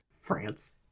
france